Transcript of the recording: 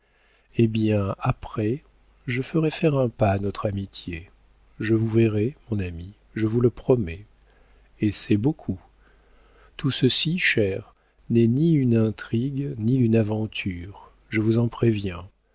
eh bien après je ferai faire un pas à notre amitié je vous verrai mon ami je vous le promets et c'est beaucoup tout ceci cher n'est ni une intrigue ni une aventure je vous en préviens